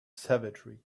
savagery